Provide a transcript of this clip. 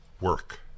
work